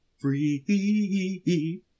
Free